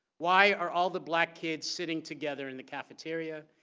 why are all the black kids sitting together in the cafeteria?